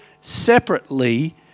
separately